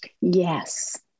Yes